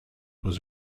was